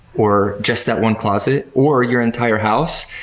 or just that one closet, or your entire house,